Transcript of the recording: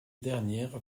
dernières